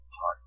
heart